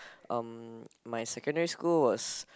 um my secondary school was